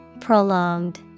Prolonged